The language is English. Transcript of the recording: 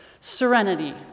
Serenity